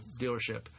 dealership